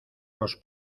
los